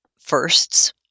firsts